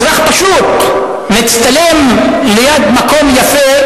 אזרח פשוט מצטלם ליד מקום יפה,